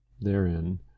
therein